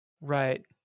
Right